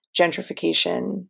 gentrification